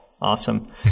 Awesome